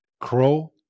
Crow